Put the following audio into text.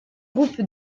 groupe